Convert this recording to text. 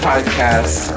Podcast